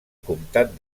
comtat